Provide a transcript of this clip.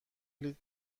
لیتر